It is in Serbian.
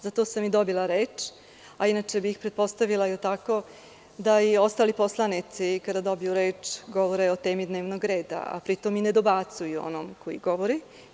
Zato sam i dobila reč, a inače bih pretpostavila da i ostali poslanici kada dobiju reč govore o temi dnevnog reda, a pri tom i ne dobacuju onome koji govori.